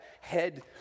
head